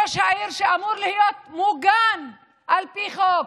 ראש העיר, שאמור להיות מוגן על פי חוק,